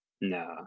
No